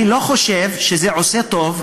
אני לא חושב שזה עושה טוב,